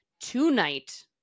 tonight